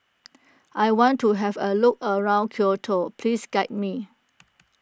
I want to have a look around Quito please guide me